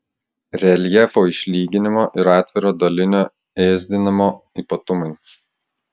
reljefo išlyginimo ir atviro dalinio ėsdinimo ypatumai